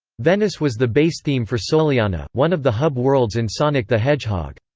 venice was the base theme for soleanna, one of the hub worlds in sonic the hedgehog.